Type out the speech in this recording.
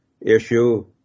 issue